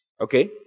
Okay